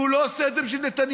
והוא לא עושה את זה בשביל נתניהו.